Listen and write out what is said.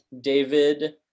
David